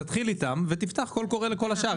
תתחיל איתן ותפתח קול קורא לכל השאר.